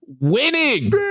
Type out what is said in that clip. winning